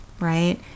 right